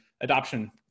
adoption